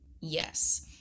yes